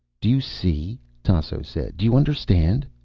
do you see? tasso said. do you understand?